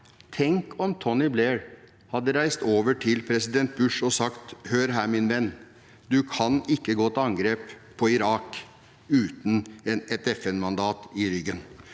Tenk om Tony Blair hadde reist over til president Bush og sagt: Hør her, min venn. Du kan ikke gå til angrep på Irak uten et FN mandat i ryggen.